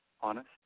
Honest